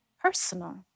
personal